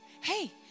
hey